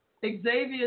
Xavier